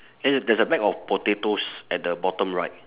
there there's a bag of potatoes at the bottom right